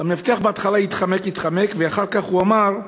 בהתחלה המאבטח התחמק והתחמק, ואחר כך הוא אמר: